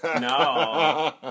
No